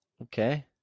okay